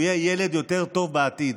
הוא יהיה ילד יותר טוב בעתיד,